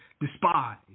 despise